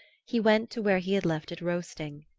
he went to where he had left it roasting.